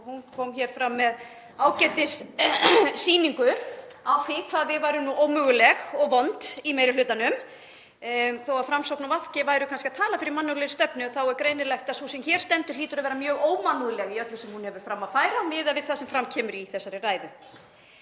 hún kom fram með ágætissýningu á því hvað við værum nú ómöguleg og vond í meiri hlutanum. Þó að Framsókn og VG væru kannski að tala fyrir mannúðlegri stefnu þá er greinilegt að sú sem hér stendur hlýtur að vera mjög ómannúðleg í öllu sem hún hefur fram að færa miðað við það sem fram kemur í þessari ræðu.